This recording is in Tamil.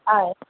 ஆ